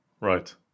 Right